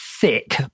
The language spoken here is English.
thick